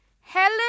Helen